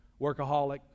workaholic